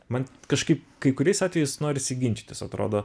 man kažkaip kai kuriais atvejais norisi ginčytis atrodo